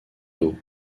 dos